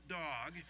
dog